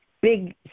big